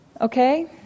Okay